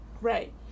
Right